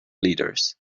leaders